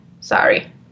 Sorry